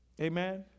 Amen